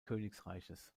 königreiches